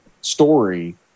story